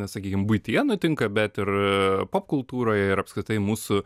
sakykim buityje nutinka bet ir pop kultūroje ir apskritai mūsų